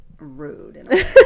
Rude